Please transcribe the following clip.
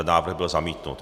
Návrh byl zamítnut.